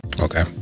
Okay